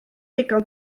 ddigon